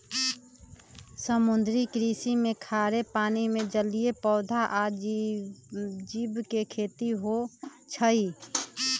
समुद्री कृषि में खारे पानी में जलीय पौधा आ जीव के खेती होई छई